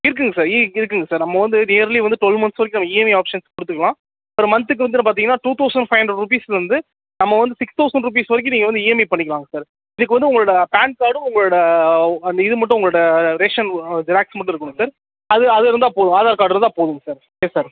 இருக்குதுங்க சார் ஈக் இருக்குதுங்க சார் நம்ம வந்து நியர்லி வந்து ட்வல் மந்த்ஸ் வரைக்கும் இஎம்ஐ ஆப்ஷன்ஸ் கொடுத்துக்கலாம் பர் மந்த்துக்கு வந்து பார்த்தீங்கன்னா two thousand five hundred rupees வந்து நம்ம வந்து சிக்ஸ் தௌசண்ட் ரூப்பீஸ் வரைக்கும் நீங்கள் வந்து இஎம்ஐ பண்ணிக்கலாங்க சார் இதுக்கு வந்து உங்களோடய பேன் கார்டும் உங்களோடய அந்த இது மட்டும் உங்களோடய ரேஷன் ஜெராக்ஸ் மட்டும் இருக்கணும் சார் அது அது இருந்தால் போதும் ஆதார் கார்டு இருந்தால் போதுங்க சார் எஸ் சார்